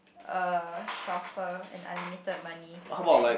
a chauffeur and unlimited money to spend